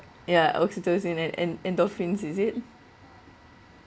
ya oxytocin in it and en~ endorphins is it